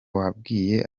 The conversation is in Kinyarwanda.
wabwiye